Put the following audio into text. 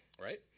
right